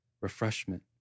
refreshment